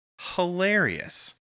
hilarious